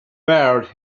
bared